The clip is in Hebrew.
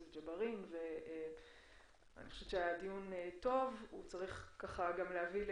אני חושבת שהיה דיון טוב, הוא צריך להביא גם